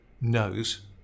knows